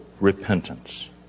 repentance